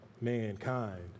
mankind